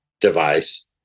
device